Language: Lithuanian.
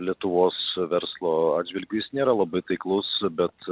lietuvos verslo atžvilgiu jis nėra labai taiklus bet